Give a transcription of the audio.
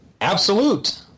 absolute